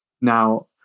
now